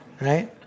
Right